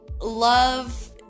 love